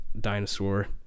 dinosaur